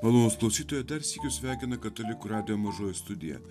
malonūs klausytojai dar sykį jus sveikina katalikų radijo mažoji studija